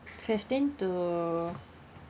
fifteen to